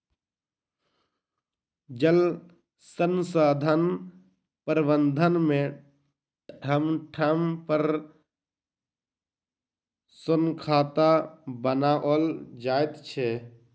जल संसाधन प्रबंधन मे ठाम ठाम पर सोंखता बनाओल जाइत छै